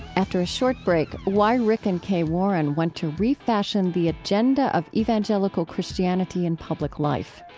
after a short break, why rick and kay warren want to refashion the agenda of evangelical christianity in public life.